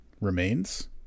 remains